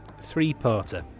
three-parter